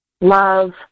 love